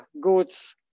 goods